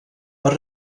per